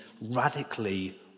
radically